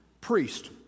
Priest